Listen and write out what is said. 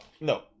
No